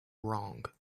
wrong